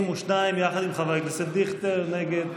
62, יחד עם חבר הכנסת דיכטר, נגד.